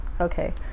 okay